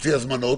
הוציא הזמנות,